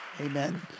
Amen